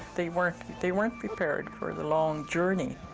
they weren't they weren't prepared for the long journey.